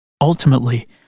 Ultimately